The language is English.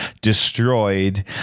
destroyed